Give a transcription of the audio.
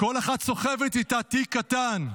"כל אחת סוחבת איתה תיק קטן",